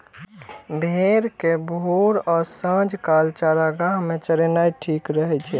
भेड़ कें भोर आ सांझ काल चारागाह मे चरेनाय ठीक रहै छै